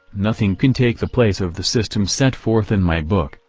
nothing can take the place of the system set forth in my book,